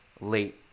late